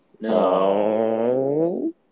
No